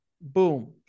boom